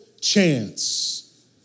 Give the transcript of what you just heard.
chance